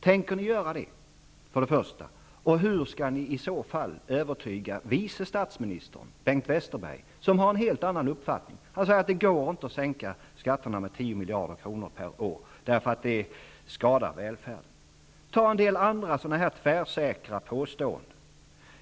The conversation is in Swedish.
Tänker ni för det första göra det, och hur skall ni i så fall övertyga vice statsministern, Bengt Westerberg, som har en helt annan uppfattning? Han säger att det inte går att sänka skatterna med 10 miljarder kronor per år, eftersom det skadar välfärden. Tag sedan en del andra tvärsäkra påståenden som har gjorts.